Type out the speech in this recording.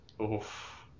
Oof